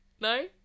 no